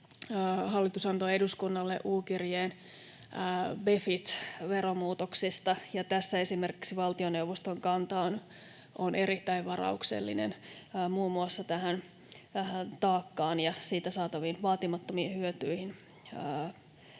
hallitus antoi eduskunnalle U-kirjeen BEFIT-veromuutoksista, ja tässä valtioneuvoston kanta on erittäin varauksellinen muun muassa tähän taakkaan ja siitä saataviin vaatimattomiin hyötyihin